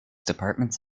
departments